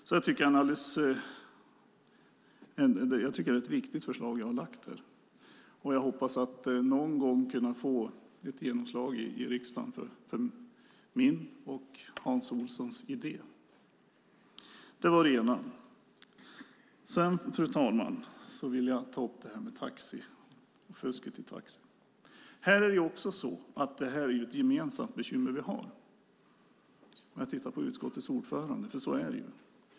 Det är ett viktigt förslag, och jag hoppas någon gång få genomslag i riksdagen för min och Hans Olssons idé. Fru talman! Sedan vill jag ta upp frågan om taxifusket. Det här är ett gemensamt bekymmer. Jag tittar på utskottets ordförande; så är det.